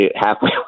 halfway